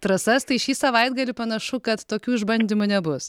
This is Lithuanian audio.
trasas tai šį savaitgalį panašu kad tokių išbandymų nebus